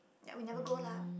ya we never go lah